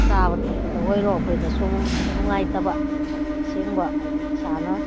ꯆꯥꯕ ꯊꯛꯄꯗ ꯑꯣꯏꯔꯣ ꯑꯩꯈꯣꯏꯗ ꯁꯨꯝ ꯅꯨꯡꯉꯥꯏꯇꯕ ꯍꯥꯏꯗꯤ ꯑꯁꯦꯡꯕ ꯍꯥꯏꯗꯤ ꯏꯁꯥꯅ